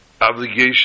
obligation